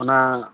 ᱚᱱᱟ